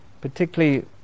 particularly